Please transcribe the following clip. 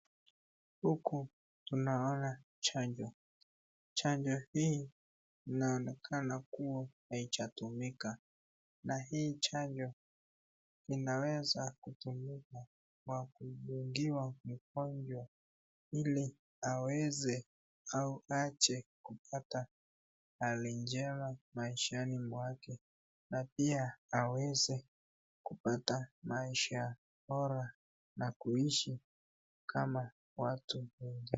Huku tunaona chanjo, chanjo hii inaonekana kuwa haijatumika na hii chanjo inaweza kutumika kwa kudungiwa mgonjwa ili aweze au aje kupata hali njema maishani mwake na pia aweze kupata maisha bora na kuishi kama watu wengine.